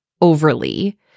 overly